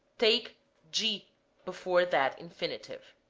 take de before that infinitive.